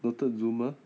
noted zoomer